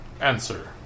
Answer